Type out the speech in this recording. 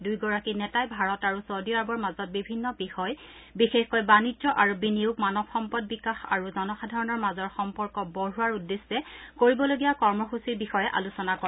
দুয়োগৰাকী নেতাই ভাৰত আৰু জৰ্দানৰ মাজত বিভিন্ন বিষয় বিশেষকৈ বাণিজ্য আৰু বিনিয়োগ মানৱ সম্পদ বিকাশ আৰু জনসাধাৰণৰ মাজৰ সম্পৰ্ক বঢ়োৱাৰ উদ্দেশ্যে কৰিবলগীয়া কৰ্মসূচীৰ বিষয়ে আলোচনা কৰে